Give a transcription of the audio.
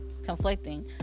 conflicting